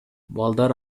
балдар